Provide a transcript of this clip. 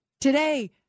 Today